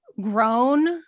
grown